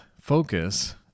focus